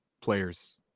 players